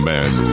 Man